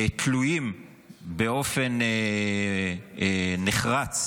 תלויים באופן נחרץ